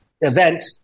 event